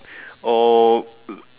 oh